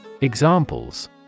Examples